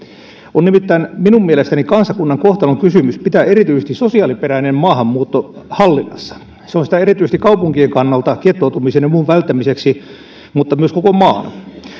on nimittäin minun mielestäni kansakunnan kohtalonkysymys pitää erityisesti sosiaaliperäinen maahanmuutto hallinnassa se on sitä erityisesti kaupunkien kannalta gettoutumisen ja muun välttämiseksi mutta myös koko maan